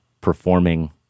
performing